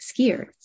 skiers